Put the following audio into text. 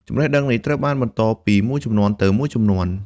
ចំណេះដឹងនេះត្រូវបានបន្តពីមួយជំនាន់ទៅមួយជំនាន់។